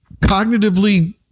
cognitively